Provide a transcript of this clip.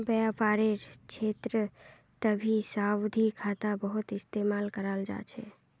व्यापारेर क्षेत्रतभी सावधि खाता बहुत इस्तेमाल कराल जा छे